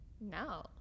no